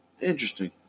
Interesting